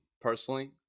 personally